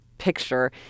picture